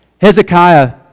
Hezekiah